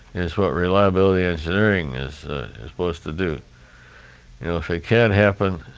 it's what reliability engineering is supposed to do you know if it can happen.